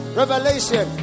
revelation